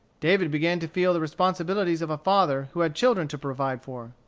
david began to feel the responsibilities of a father who had children to provide for.